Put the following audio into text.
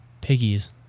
piggies